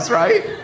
right